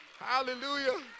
hallelujah